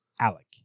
Alec